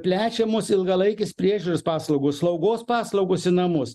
plečiamos ilgalaikės priežiūros paslaugos slaugos paslaugos į namus